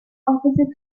opposite